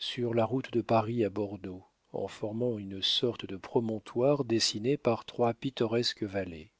sur la route de paris à bordeaux en formant une sorte de promontoire dessiné par trois pittoresques vallées